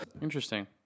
interesting